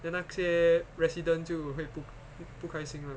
then 那些 resident 就会不不开心